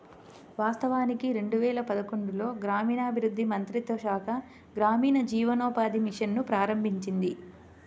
వాస్తవానికి రెండు వేల పదకొండులో గ్రామీణాభివృద్ధి మంత్రిత్వ శాఖ గ్రామీణ జీవనోపాధి మిషన్ ను ప్రారంభించింది